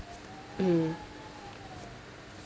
mm